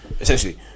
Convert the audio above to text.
Essentially